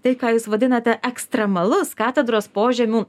tai ką jūs vadinate ekstremalus katedros požemių